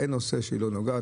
אין נושא שהיא לא נוגעת.